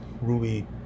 Ruby